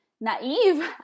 naive